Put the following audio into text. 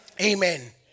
Amen